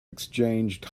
exchanged